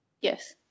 Yes